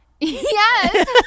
yes